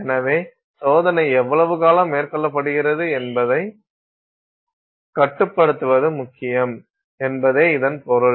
எனவே சோதனை எவ்வளவு காலம் மேற்கொள்ளப்படுகிறது என்பதைக் கட்டுப்படுத்துவது முக்கியம் என்பதே இதன் பொருள்